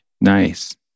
Nice